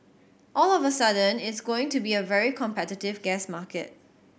all of a sudden it's going to be a very competitive gas market